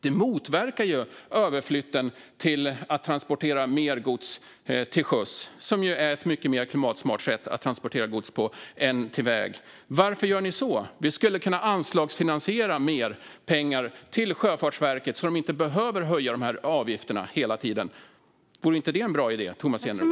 Det motverkar ju överflytten av mer gods till sjöfarten, som ju är ett mycket mer klimatsmart sätt att transportera gods än på väg. Varför gör ni så? Vi skulle kunna anslagsfinansiera mer pengar till Sjöfartsverket så att de inte behöver höja dessa avgifter hela tiden. Vore inte det en bra idé, Tomas Eneroth?